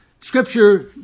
scripture